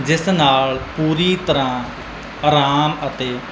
ਜਿਸ ਨਾਲ ਪੂਰੀ ਤਰ੍ਹਾਂ ਆਰਾਮ ਅਤੇ